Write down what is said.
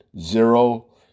zero